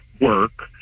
work